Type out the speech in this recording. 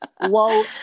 Whoa